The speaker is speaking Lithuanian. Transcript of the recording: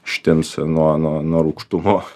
ištins nuo nuo nuo rūgštumo